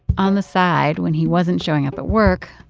on the side, when he wasn't showing up at work,